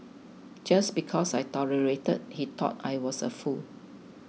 just because I tolerated he thought I was a fool